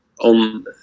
on